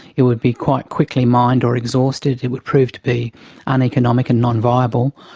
it would be quite quickly mined or exhausted, it would prove to be uneconomic and non-viable,